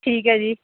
ਠੀਕ ਹੈ ਜੀ